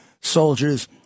soldiers